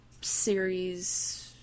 series